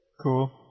Cool